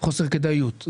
חוסר כדאיות,